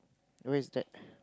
who is that